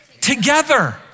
together